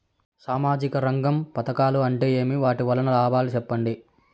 సామాజిక రంగం పథకాలు అంటే ఏమి? వాటి వలన లాభాలు సెప్పండి?